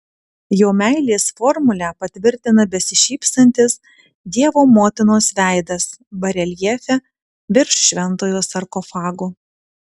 jo meilės formulę patvirtina besišypsantis dievo motinos veidas bareljefe virš šventojo sarkofago